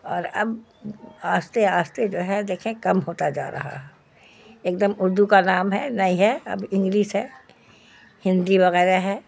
اور اب آہستہ آہستہ جو ہے دیکھیں کم ہوتا جا رہا ہے ایک دم اردو کا نام ہے نہیں ہے اب انگلس ہے ہندی وغیرہ ہے